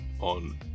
on